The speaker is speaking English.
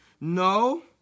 No